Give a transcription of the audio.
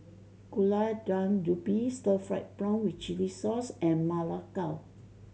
Gulai Daun Ubi stir fried prawn with chili sauce and Ma Lai Gao